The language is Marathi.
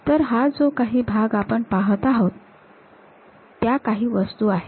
तर हा जो काही भाग आपण पाहत आहोत त्या काही वस्तू आहेत